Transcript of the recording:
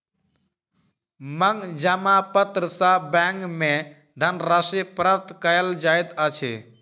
मांग जमा पत्र सॅ बैंक में धन राशि प्राप्त कयल जाइत अछि